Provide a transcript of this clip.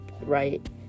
right